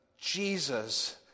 Jesus